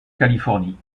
californie